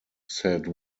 said